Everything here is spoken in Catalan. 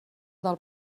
del